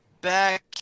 Back